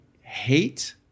hate